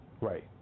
right